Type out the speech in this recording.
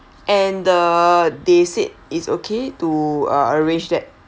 and the they said it's okay to uh arrange that